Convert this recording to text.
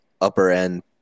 upper-end